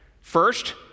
First